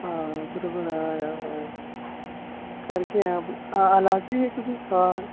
आं बरोबर हय हय हय सारकें हालासी हय